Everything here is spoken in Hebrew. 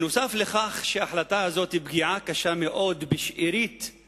נוסף על כך שההחלטה הזאת היא פגיעה קשה מאוד בשארית הדו-קיום